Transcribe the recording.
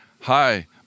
hi